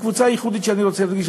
קבוצה ייחודית שאני רוצה להדגיש,